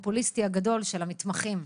הפופוליסטי הגדול של המתמחים,